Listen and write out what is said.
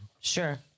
Sure